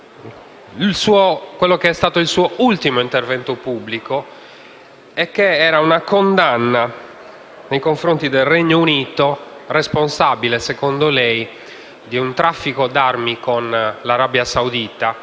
l'ultimo intervento pubblico, che era una condanna nei confronti del Regno Unito, responsabile, secondo lei, di un traffico d'armi con l'Arabia Saudita